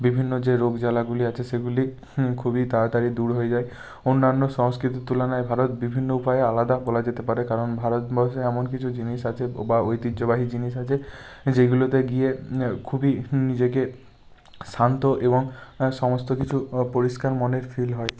বিভিন্ন যে রোগজ্বালাগুলি আছে সেগুলি খুবই তাড়াতাড়ি দূর হয়ে যায় অন্যান্য সংস্কৃতির তুলনায় ভারত বিভিন্ন উপায়ে আলাদা বলা যেতে পারে কারণ ভারতবর্ষে এমন কিছু জিনিস আছে বা ঐতিহ্যবাহী জিনিস আছে যেগুলোতে গিয়ে খুবই নিজেকে শান্ত এবং সমস্ত কিছু পরিষ্কার মনের ফিল হয়